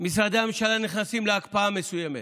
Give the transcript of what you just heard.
משרדי הממשלה נכנסים להקפאה מסוימת: